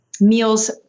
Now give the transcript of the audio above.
meals